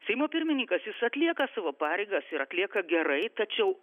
seimo pirmininkas jis atlieka savo pareigas ir atlieka gerai tačiau